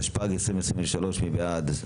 תשפ"ג 2023. מי בעד?